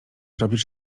robisz